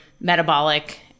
metabolic